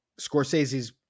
Scorsese's